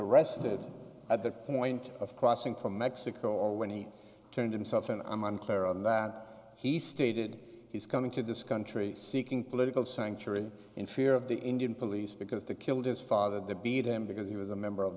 arrested at that point of crossing from mexico or when he turned himself in i'm unclear on that he stated he's coming to this country seeking political sanctuary in fear of the indian police because they killed his father debate him because he was a member of